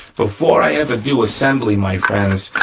before i ever do assembly, my friends,